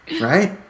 Right